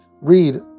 Read